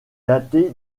daté